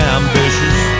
ambitious